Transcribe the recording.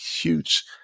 huge